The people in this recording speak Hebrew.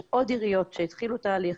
יש עוד עיריות שהתחילו תהליך.